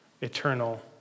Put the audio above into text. eternal